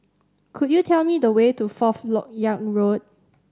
could you tell me the way to Fourth Lok Yang Road